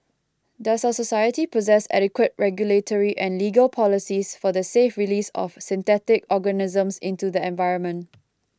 does us society possess adequate regulatory and legal policies for the safe release of synthetic organisms into the environment